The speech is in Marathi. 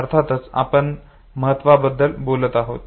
अर्थातच आपण महत्वा बद्दल बोलत आहोत